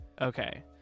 Okay